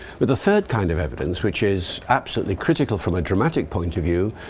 with the third kind of evidence, which is absolutely critical from a dramatic point of view,